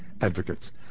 advocates